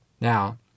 Now